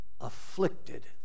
afflicted